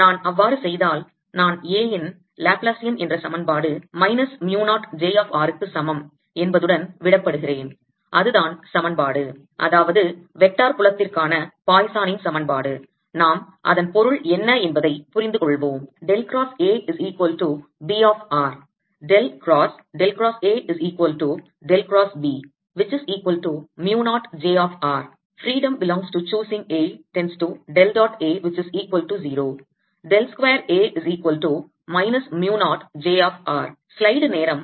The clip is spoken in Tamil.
நான் அவ்வாறு செய்தால் நான் A இன் லாப்லாசியன் என்ற சமன்பாடு minus mu 0 j of r க்கு சமம் என்பதுடன் விடப்படுகிறேன் அதுதான் சமன்பாடு அதாவது வெக்டார் புலத்திற்கான பாய்சனின் சமன்பாடு நாம் அதன் பொருள் என்ன என்பதைப் புரிந்துகொள்வோம்